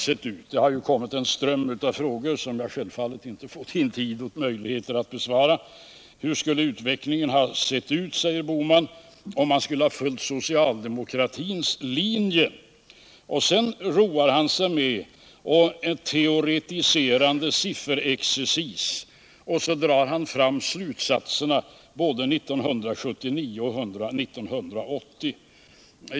Det har kommit en ström av frågor som jag självfallet inte får tid och möjlighet att besvara, men jag vill ta upp herr Bohmans fråga: Hur skulle utvecklingen ha sett ut om vi hade följt socialdemokratins linje? Och sedan roar han sig med teoretiserande sifferexercis och drar fram slutsatser för både 1979 och 1980.